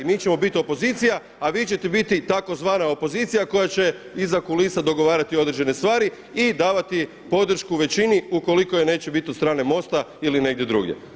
Mi ćemo bit opozicija, a vi ćete biti tzv. opozicija koja će iza kulisa dogovarati određene stvari i davati podršku većini ukoliko je neće biti od strane MOST-a ili negdje drugdje.